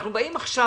עכשיו,